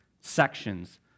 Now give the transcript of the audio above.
sections